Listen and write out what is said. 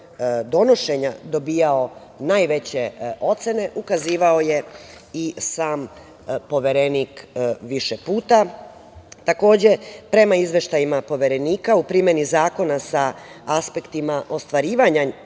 donošenja dobijao najveće ocene, ukazivao je i sam poverenik više puta. Takođe, prema Izveštajima poverenika, u primeni zakona sa aspektima ostvarivanja